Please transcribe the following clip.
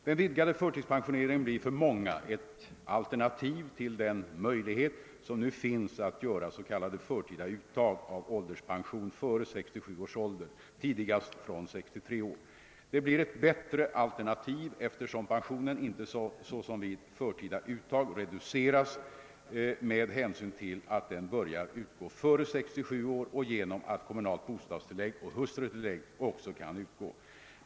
Den vidgade förtidspensioneringen blir för många ett alternativ till den möjlighet som nu finns att göra s.k. förtida uttag av ålderspension före 67 års ålder, tidigast från 63 år. Det blir ett bättre alternativ, eftersom pensionen inte såsom vid förtida uttag reduceras med hänsyn till att den börjar utgå före 67 år och genom att kommunalt bostadstillägg och hustrutillägg också kan utgå.